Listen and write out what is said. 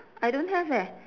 I don't have eh